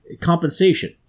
compensation